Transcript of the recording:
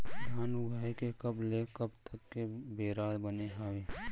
धान उगाए के कब ले कब तक के बेरा बने हावय?